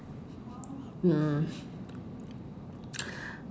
mm